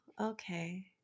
okay